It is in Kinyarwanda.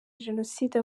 jenoside